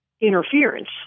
interference